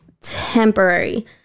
temporary